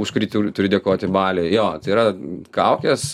už kurį turiu turiu dėkoti baliui jo tai yra kaukės